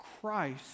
Christ